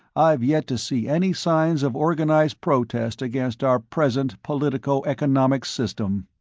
i've yet to see any signs of organized protest against our present politico-economic system.